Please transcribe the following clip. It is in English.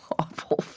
awful